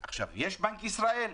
עכשיו, יש בנק הדואר,